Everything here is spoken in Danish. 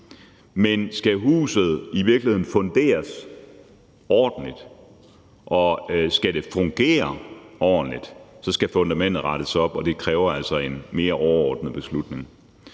Men skal huset i virkeligheden funderes ordentligt, og skal det fungere ordentligt, så skal fundamentet rettes op, og det kræver altså en mere overordnet beslutning.